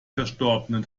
verstorbenen